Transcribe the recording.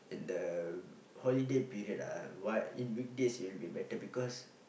in the holiday period uh what in weekdays will be better because